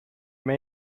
may